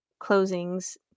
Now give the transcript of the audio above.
closings